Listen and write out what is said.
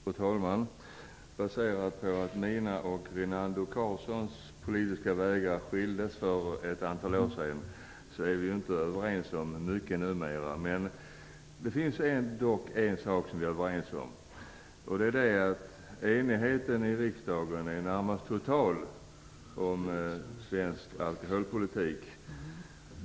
Fru talman! Sedan mina och Rinaldo Karlssons politiska vägar skildes för ett antal år sedan är vi inte överens om mycket. Det finns dock en sak som vi är överens om, och det är att enigheten i riksdagen är närmast total om svensk alkoholpolitik.